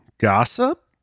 gossip